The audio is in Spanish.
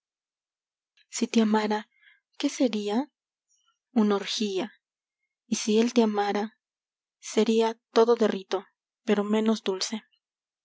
si te amara qué sería una orgía y si él te amara sería todo de rito pero menos dulce